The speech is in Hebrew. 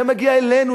זה מגיע אלינו,